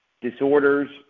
disorder's